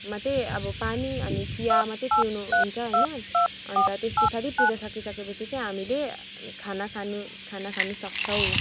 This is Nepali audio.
मात्रै अब पानी अनि चिया मात्रै पिउनु हुन्छ होइन अन्त त्यस पछाडि पुजा सकिसके पछि चाहिँ हामीले खाना खानु खाना खानु सक्छौँ